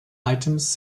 items